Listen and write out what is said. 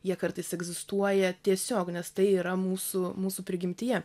jie kartais egzistuoja tiesiog nes tai yra mūsų mūsų prigimtyje